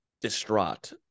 distraught